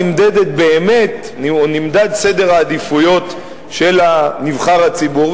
נמדד באמת סדר העדיפויות של נבחר הציבור,